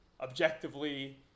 objectively